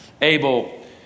Abel